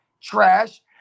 Trash